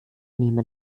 nehme